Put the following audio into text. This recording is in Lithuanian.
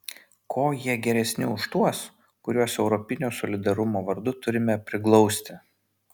kuo jie geresni už tuos kuriuos europinio solidarumo vardu turime priglausti